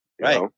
Right